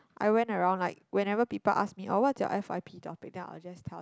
I went around like whenever people ask me oh what's your f_y_p topic then I will just tell